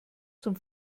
zum